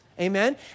Amen